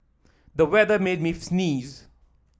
the weather made me sneeze